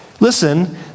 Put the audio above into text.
Listen